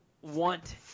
want